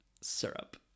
syrup